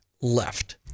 left